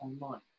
online